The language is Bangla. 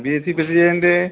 বিএসসি প্রেসিডেন্টের